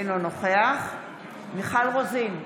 אינו נוכח מיכל רוזין,